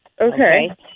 Okay